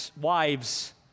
wives